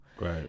Right